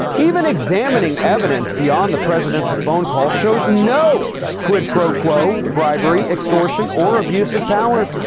even examining evidence beyond the presidential phone call shows no quid pro quo bribery, extortion or abusive power.